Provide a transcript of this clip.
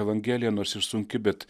evangelija nors ir sunki bet